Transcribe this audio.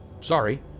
Sorry